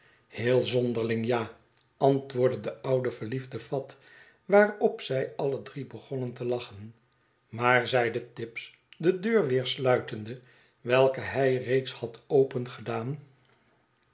heel zonderling ja antwoordde de oude verliefde fat waarop zij alle drie begonnen te iachen maar zei tibbs de deur weer sluitende welke hij reeds had